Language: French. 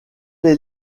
les